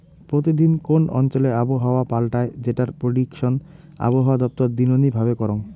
প্রতি দিন কোন অঞ্চলে আবহাওয়া পাল্টায় যেটার প্রেডিকশন আবহাওয়া দপ্তর দিননি ভাবে করঙ